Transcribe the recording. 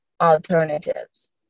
alternatives